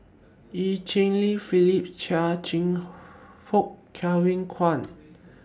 EU Cheng Li Phyllis Chia Cheong Fook Kevin Kwan